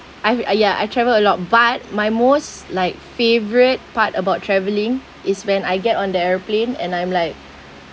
I've I ya I travel a lot but my most like favourite part about travelling is when I get on the aeroplane and I'm like